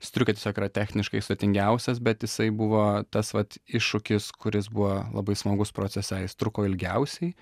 striukė tiesiog yra techniškai sudėtingiausias bet jisai buvo tas vat iššūkis kuris buvo labai smagus procese jis truko ilgiausiai